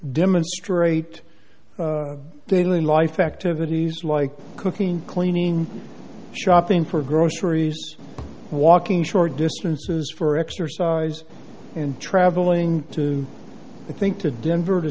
demonstrate daily life activities like cooking cleaning shopping for groceries walking short distances for exercise and travelling to think to denver to